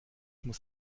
muss